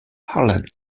harlan